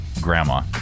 Grandma